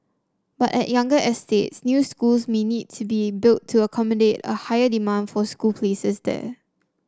but at younger estates new schools may need to be built to accommodate a higher demand for school places there